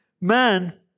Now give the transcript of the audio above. man